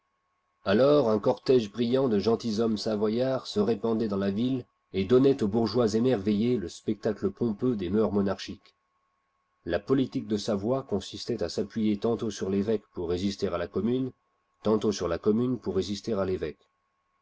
alors un cortège brillant de gentilshommes savoyards se répandait dans la ville et donnait aux bourgeois émerveillés le spectacle pompeux des mœurs monarchiques la politique de savoie consistait à s'appuyer tantôt sur l'évêque pour résister à la commune tantôt sur la commune pour résister à l'évêque